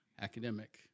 academic